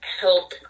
help